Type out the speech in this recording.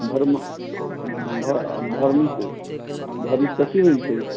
verb मे verb means कथि होइ छै